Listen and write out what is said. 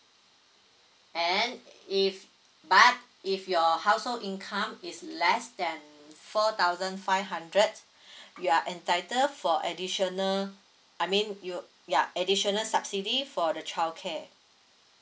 and if but if your household income is less than four thousand five hundred you are entitle for additional I mean you ya additional subsidy for the childcare